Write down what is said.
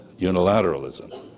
unilateralism